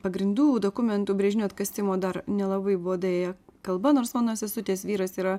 pagrindų dokumentų brėžinių atkasimo dar nelabai buvo daėję kalba nors mano sesutės vyras yra